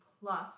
plus